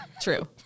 true